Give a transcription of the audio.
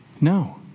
No